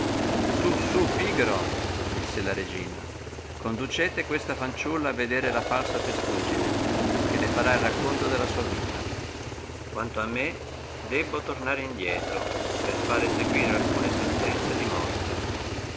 su su pigro disse la regina conducete questa fanciulla a vedere la falsa testuggine che le farà il racconto della sua vita quanto a me debbo tornare indietro per fare eseguire alcune sentenze di morte